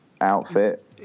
outfit